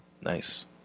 Nice